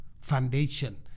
foundation